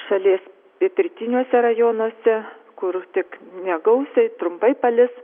šalies pietrytiniuose rajonuose kur tik negausiai trumpai palis